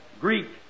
Greek